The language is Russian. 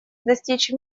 достичь